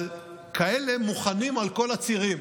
אבל כאלה מוכנים על כל הצירים,